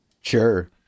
Sure